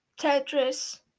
Tetris